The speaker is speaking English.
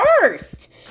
first